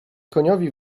koniowi